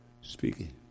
Speaking